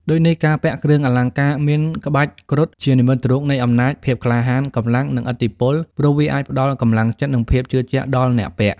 ដូចនេះការពាក់គ្រឿងអលង្ការមានក្បាច់គ្រុឌ ជានិមិត្តរូបនៃ អំណាច ភាពក្លាហាន កម្លាំង និង ឥទ្ធិពល ព្រោះវាអាចផ្តល់កម្លាំងចិត្ត និងភាពជឿជាក់ដល់អ្នកពាក់។